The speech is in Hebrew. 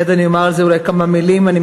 אני אומר על זה אולי כמה מילים מייד.